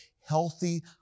healthy